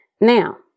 Now